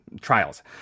trials